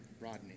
Rodney